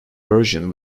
version